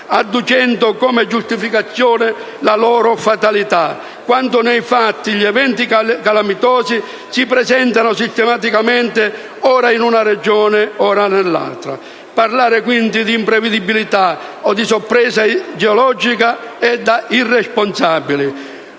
adducendo come giustificazione la loro fatalità, quando nei fatti gli eventi calamitosi si presentano sistematicamente ora in una Regione, ora nell'altra. Parlare, quindi, di imprevedibilità o di sorpresa geologica è da irresponsabili,